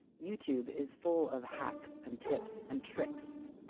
youtube is full of hacks and tips and tricks